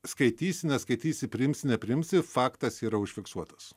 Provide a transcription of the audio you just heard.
skaitysi neskaitysi priimsi nepriimsi faktas yra užfiksuotas